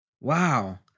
Wow